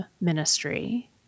ministry